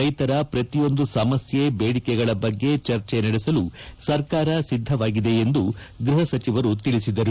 ರೈತರ ಪ್ರತಿಯೊಂದು ಸಮಸ್ನೆ ಬೇಡಿಕೆಗಳ ಬಗ್ಗೆ ಚರ್ಚೆ ನಡೆಸಲು ಸರ್ಕಾರ ಸಿದ್ದವಾಗಿದೆ ಎಂದು ಗ್ರಹ ಸಚಿವರು ಸ್ಪಷ್ಟಪಡಿಸಿದ್ದಾರೆ